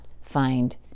find